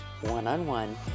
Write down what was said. one-on-one